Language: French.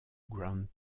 grand